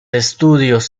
estudios